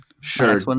Sure